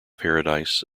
paradise